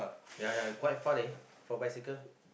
ya ya quite far leh for bicycle